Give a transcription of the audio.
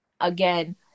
again